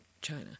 China